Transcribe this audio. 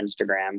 Instagram